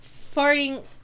farting